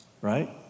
right